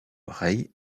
rei